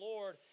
Lord